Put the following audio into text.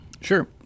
Sure